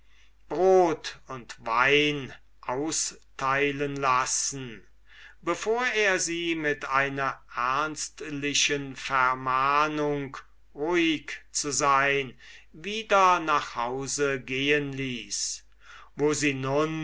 brot und wein austeilen lassen bevor er sie mit einer ernstlichen vermahnung ruhig zu sein wieder nach hause gehen ließ wo sie nun